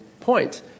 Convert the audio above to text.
point